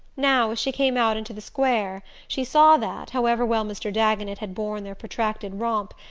now, as she came out into the square she saw that, however well mr. dagonet had borne their protracted romp,